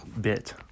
bit